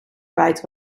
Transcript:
kwijt